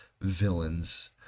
villains